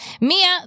Mia